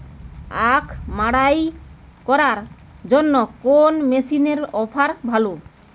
আখ মাড়াই করার জন্য কোন মেশিনের অফার ভালো?